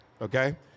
okay